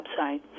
website